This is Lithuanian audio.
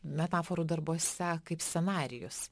metaforų darbuose kaip scenarijus